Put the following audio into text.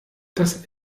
das